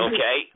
Okay